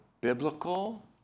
biblical